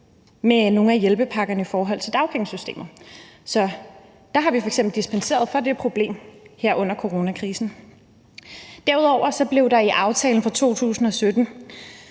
med nogle af hjælpepakkerne i forhold til dagpengesystemet. Så der har vi f.eks. dispenseret for reglerne og løst det problem her under coronakrisen. Derudover blev der i aftalen fra 2017